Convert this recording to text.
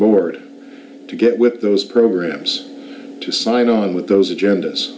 board to get with those programs to sign on with those agendas